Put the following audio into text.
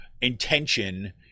intention